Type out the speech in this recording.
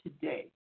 today